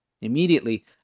Immediately